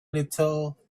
little